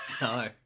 No